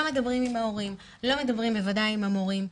לא מדברים עם ההורים, בוודאי לא מדברים עם המורים.